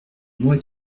moi